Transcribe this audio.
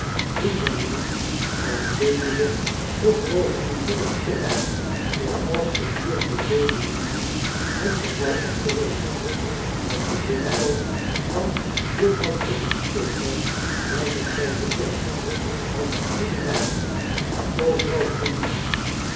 toen mijn naam als weduwe nog boven de deur stond zooals gedureede vele jaren het geval is geweest was de winkel van juffrouw ch ickenstalkeir wijd en zijd bekend had een goeden naam en overal crediet